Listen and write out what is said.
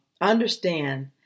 understand